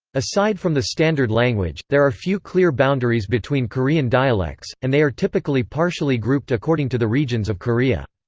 aside from the standard language, there are few clear boundaries between korean dialects, and they are typically partially grouped according to the regions of korea.